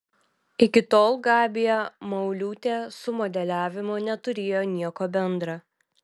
iki tol gabija mauliūtė su modeliavimu neturėjo nieko bendra